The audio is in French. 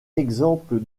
exemple